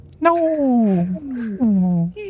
No